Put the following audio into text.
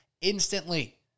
instantly